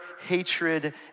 hatred